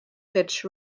pitch